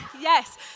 yes